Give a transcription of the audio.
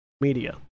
media